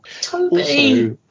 Toby